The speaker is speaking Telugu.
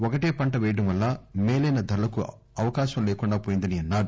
ఒకటే పంట పేయడం వల్ల మేలైన ధరలకు అవకాశం లేకుండా వోయిందన్నారు